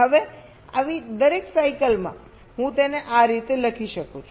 હવે આવી દરેક સાઇકલમાં હું તેને આ રીતે લખી શકું છું